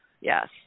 Yes